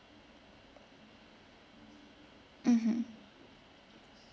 mmhmm